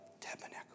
tabernacle